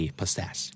possess